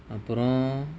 அப்புரோ:appuro